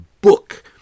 book